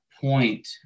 point